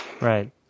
Right